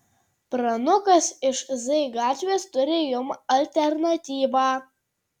pranukas iš z gatvės turi jums alternatyvą